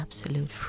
absolute